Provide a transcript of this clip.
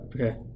Okay